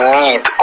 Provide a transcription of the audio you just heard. need